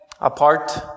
apart